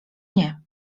nie